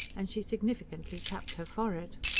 and she significantly tapped her forehead.